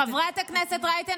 חברת הכנסת רייטן,